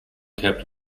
kept